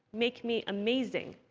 make me amazing.